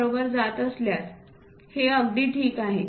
बरोबर जात असल्यास हे अगदी ठीक आहे